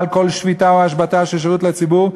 על כל שביתה או השבתה של שירות לציבור,